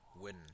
win